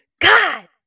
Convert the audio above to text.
God